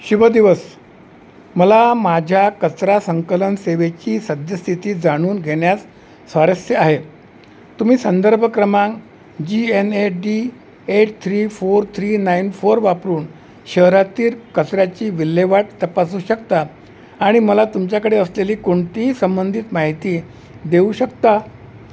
शुभ दिवस मला माझ्या कचरा संकलन सेवेची सद्यस्थिती जाणून घेण्यात स्वारस्य आहे तुम्ही संदर्भ क्रमांक G N A D eight three four three nine four वापरून शहरातील कचऱ्याची विल्हेवाट तपासू शकता आणि मला तुमच्याकडे असलेली कोणतीही संबंधित माहिती देऊ शकता